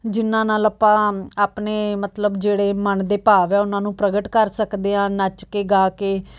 ਜਿਨ੍ਹਾਂ ਨਾਲ ਆਪਾਂ ਆਪਣੇ ਮਤਲਬ ਜਿਹੜੇ ਮਨ ਦੇ ਭਾਵ ਹੈ ਉਨ੍ਹਾਂ ਨੂੰ ਪ੍ਰਗਟ ਕਰ ਸਕਦੇ ਹਾਂ ਨੱਚ ਕੇ ਗਾ ਕੇ